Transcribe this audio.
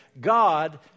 God